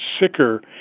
sicker